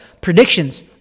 predictions